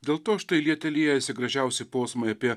dėl to štai liete liejasi gražiausi posmai apie